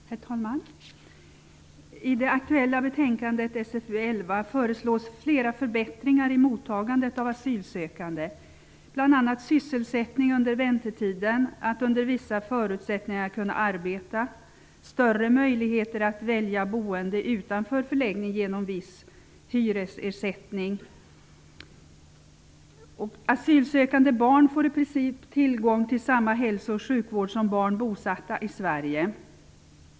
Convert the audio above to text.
Herr talman! I det aktuella betänkandet SfU11 föreslås flera förbättringar i mottagandet av asylsökande. Det gäller bl.a. sysselsättning under väntetiden. Under vissa förutsättningar skall man kunna arbeta, och man skall få större möjligheter att välja boende utanför förläggning genom viss hyresersättning. Asylsökande barn får i princip tillgång till samma hälso och sjukvård som barn bosatta i Sverige.